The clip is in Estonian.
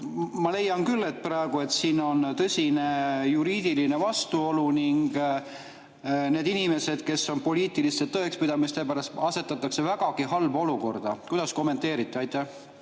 Ma leian küll praegu, et siin on tõsine juriidiline vastuolu, ning need inimesed, [keda süüdistatakse] poliitiliste tõekspidamiste pärast, asetatakse vägagi halba olukorda. Kuidas kommenteerite? Aitäh!